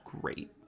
great